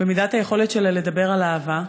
במידת היכולת שלה לדבר על אהבה.